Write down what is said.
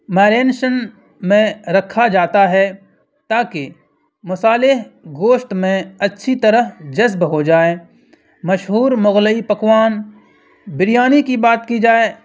marination میں رکھا جاتا ہے تاکہ مسالح گوشت میں اچھی طرح جذب ہو جائیں مشہور مغلئی پکوان بریانی کی بات کی جائے